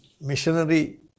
missionary